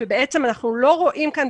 ובעצם אנחנו לא רואים כאן,